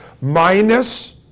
minus